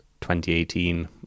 2018